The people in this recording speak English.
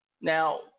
Now